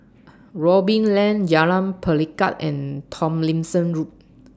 Robin Lane Jalan Pelikat and Tomlinson Road